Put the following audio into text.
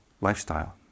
lifestyle